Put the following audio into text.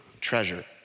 treasure